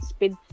Speed